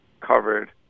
covered